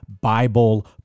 Bible